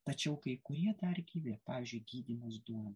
tačiau kai kurie dar gyvi pavyzdžiui gydymas duoda